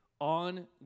on